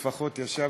לפחות ישבת,